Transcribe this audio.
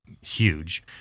huge